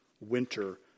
winter